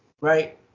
right